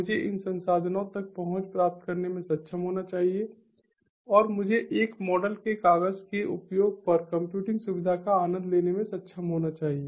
मुझे इन संसाधनों तक पहुंच प्राप्त करने में सक्षम होना चाहिए और मुझे एक मॉडल के कागज के उपयोग पर कंप्यूटिंग सुविधा का आनंद लेने में सक्षम होना चाहिए